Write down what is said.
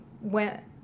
went